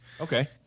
okay